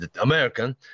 American